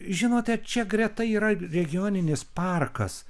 žinote čia greta yra regioninis parkas